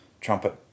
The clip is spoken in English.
trumpet